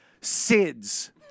SIDS